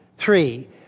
Three